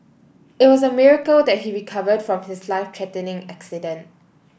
it was a miracle that he recovered from his life threatening accident